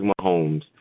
Mahomes